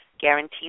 guaranteed